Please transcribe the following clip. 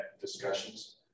discussions